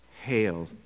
Hail